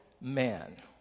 man